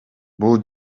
бул